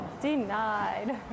Denied